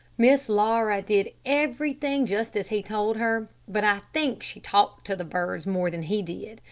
miss laura did everything just as he told her but i think she talked to the birds more than he did.